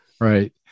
Right